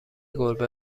گربه